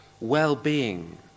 well-being